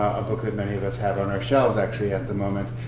a book that many of us have on our shelves actually at the moment.